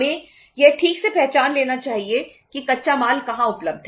हमें यह ठीक से पहचान लेना चाहिए कि कच्चा माल कहां उपलब्ध है